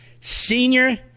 senior